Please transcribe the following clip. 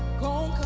go